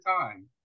time